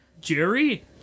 Jerry